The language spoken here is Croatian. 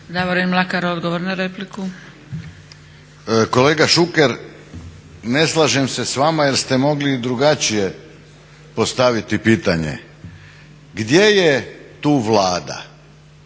**Mlakar, Davorin (HDZ)** Kolega Šuker, ne slažem se s vama jer ste mogli i drugačije postaviti pitanje. Gdje je tu Vlada?